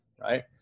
Right